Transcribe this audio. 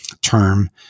term